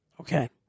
okay